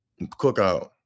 Cookout